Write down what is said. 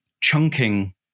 chunking